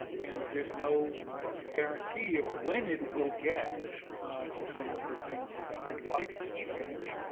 and there's no guarantee of when it will get to some of the things that it would like to change.